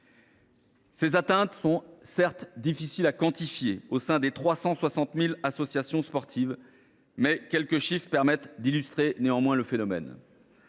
Ces atteintes sont, certes, difficiles à quantifier au sein des 360 000 associations sportives, mais quelques chiffres permettent néanmoins d’illustrer le phénomène.